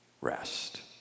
rest